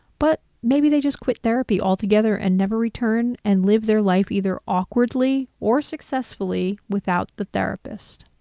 but maybe they just quit therapy altogether and never return and live their life either awkwardly or successfully without the therapist.